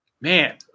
man